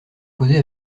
causer